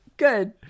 Good